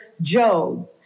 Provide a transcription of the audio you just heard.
Job